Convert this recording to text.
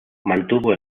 mantuvo